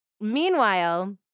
Meanwhile